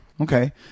Okay